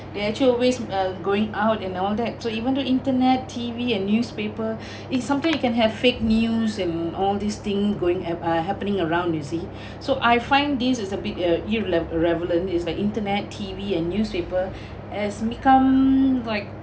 they actually always uh going out and all that so even though internet T_V and newspaper it's something you can have fake news and all this thing going ap~ uh happening around you see so I find this is a bit uh irrelevant is like internet T_V and newspaper has become like